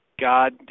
God